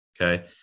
Okay